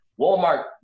Walmart